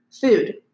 food